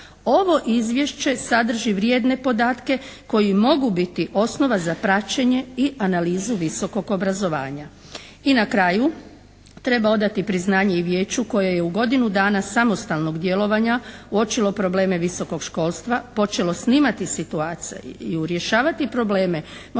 Ovo izvješće sadrži vrijedne podatke koji mogu biti osnova za praćenje i analizu visokog obrazovanja. I na kraju treba odati priznanje i vijeću koje je u godinu dana samostalnog djelovanja uočilo probleme visokog školstva, počelo snimati situaciju i rješavati probleme. Možda